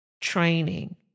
training